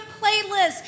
playlist